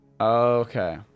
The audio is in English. Okay